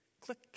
click